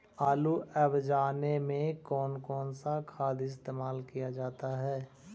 आलू अब जाने में कौन कौन सा खाद इस्तेमाल क्या जाता है?